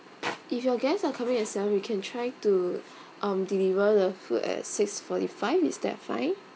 if your guests are coming at seven we can try to um deliver the food at six forty five is that fine